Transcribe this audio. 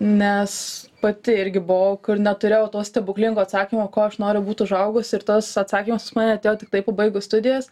nes pati irgi buvau kur neturėjau to stebuklingo atsakymo kuo aš noriu būt užaugus ir tas atsakymas pas mane atėjo tiktai pabaigus studijas